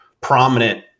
prominent